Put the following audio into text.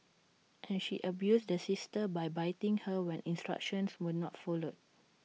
and she abused the sister by biting her when instructions were not followed